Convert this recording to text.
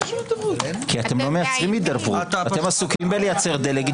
אתם מנסים לייצר דה לגיטימציה.